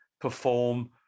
perform